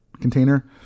container